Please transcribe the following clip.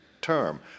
term